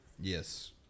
Yes